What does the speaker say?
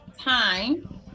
time